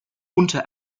unter